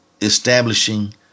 establishing